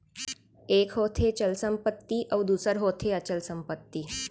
एक होथे चल संपत्ति अउ दूसर होथे अचल संपत्ति